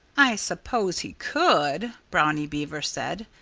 i suppose he could, brownie beaver said.